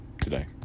today